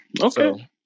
Okay